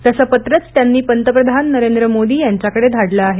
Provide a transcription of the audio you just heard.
तसं पत्रच त्यांनी पंतप्रधान नरेंद्र मोदी यांच्याकडे धाडलं आहे